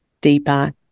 Deeper